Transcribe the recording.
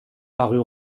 parut